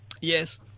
Yes